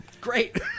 Great